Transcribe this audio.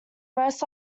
most